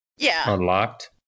unlocked